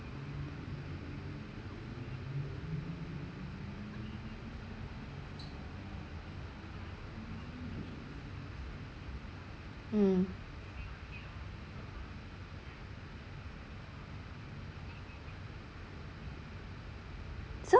mm so